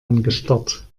angestarrt